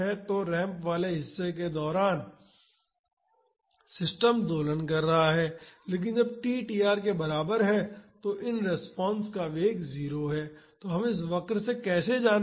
तो रैंप वाले हिस्से के दौरान सिस्टम दोलन कर रहा है लेकिन जब t tr के बराबर है तो इन रिस्पांस का वेग 0 है हम इस वक्र से कैसे जानेंगे